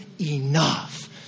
enough